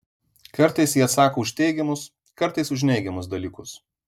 kartais ji atsako už teigiamus kartais už neigiamus dalykus